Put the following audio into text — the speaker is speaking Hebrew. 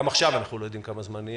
גם עכשיו איננו יודעים כמה זמן.